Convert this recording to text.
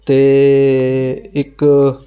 ਅਤੇ ਇੱਕ